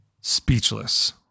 speechless